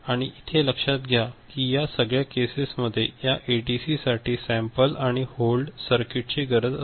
आणि इथे लक्षात घ्या कि या सगळ्या केसेस मध्ये या एडीसी साठी सॅम्पल आणि होल्ड सर्किट ची गरज असते